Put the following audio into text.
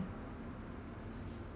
really meh why